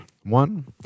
One